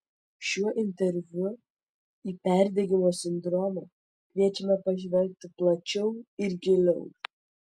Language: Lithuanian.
šiuo interviu į perdegimo sindromą kviečiame pažvelgti plačiau ir giliau